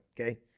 Okay